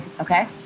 Okay